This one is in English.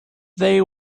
they